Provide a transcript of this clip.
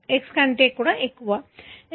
01sin50t x14 0